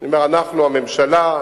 אנחנו זה הממשלה,